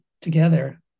together